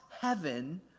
heaven